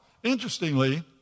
Interestingly